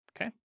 Okay